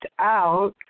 out